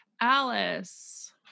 Alice